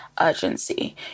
urgency